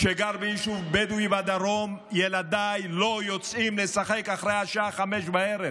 שגר ביישוב בדואי בדרום: ילדיי לא יוצאים לשחק אחרי השעה 17:00,